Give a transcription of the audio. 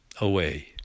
away